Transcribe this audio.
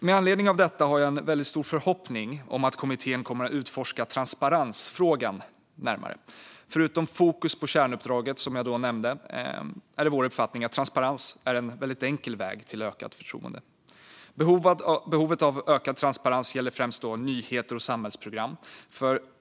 Med anledning av detta har jag en väldigt stor förhoppning om att kommittén kommer att utforska transparensfrågan närmare. Förutom fokus på kärnuppdraget, som jag nämnde, är det vår uppfattning att transparens är en enkel väg till ökat förtroende. Behovet av ökad transparens gäller främst nyheter och samhällsprogram.